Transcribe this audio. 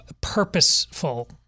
purposeful